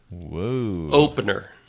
opener